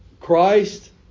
Christ